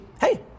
hey